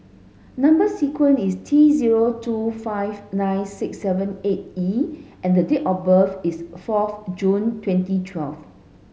number sequence is T zero two five nine six seven eight E and the date of birth is fourth June twenty twelve